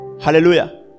Hallelujah